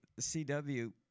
CW